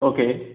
okay